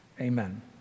amen